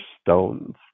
Stone's